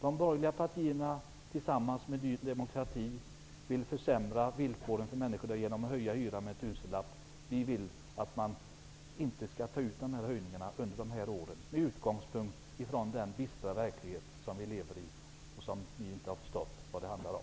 De borgerliga partierna vill tillsammans med Ny demokrati försämra villkoren för människor genom att höja hyran med en tusenlapp. Vi vill att man inte skall ta ut de här höjningarna under de kommande åren med utgångspunkt i den bistra verklighet vi lever i och som ni inte har förstått innebörden av.